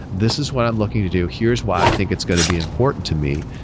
this is what i'm looking to do. here's why i think it's going to be important to me.